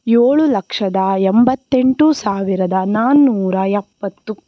ಏಳು ಲಕ್ಷದ ಎಂಬತ್ತೆಂಟು ಸಾವಿರದ ನಾನ್ನೂರ ಎಪ್ಪತ್ತು